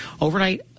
overnight